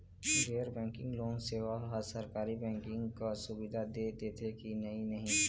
गैर banking loan सेवा हा सरकारी बैंकिंग कस सुविधा दे देथे कि नई नहीं?